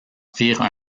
firent